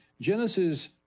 Genesis